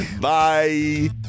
Bye